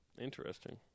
Interesting